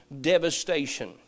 devastation